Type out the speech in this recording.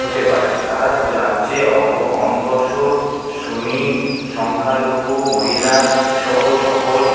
হতে পারে সারা রাজ্যে অনগ্রসর শনি সংখ্যালঘু মহিলাসহ সকল